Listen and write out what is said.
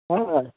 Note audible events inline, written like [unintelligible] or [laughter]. [unintelligible]